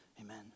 Amen